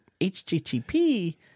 http